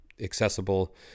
accessible